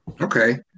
Okay